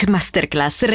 Masterclass